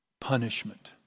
punishment